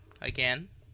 again